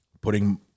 putting